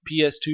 PS2